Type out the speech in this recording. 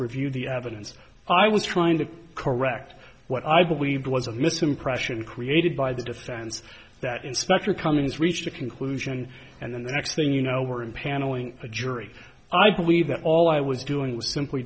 reviewed the evidence i was trying to correct what i believed was a misimpression created by the defense that inspector coming has reached a conclusion and then the next thing you know we're impaneling a jury i believe that all i was doing was simply